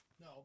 No